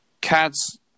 Cats